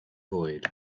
void